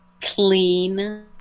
Clean